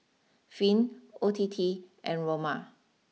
Finn O T T and Roma